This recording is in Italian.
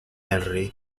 harry